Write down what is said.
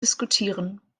diskutieren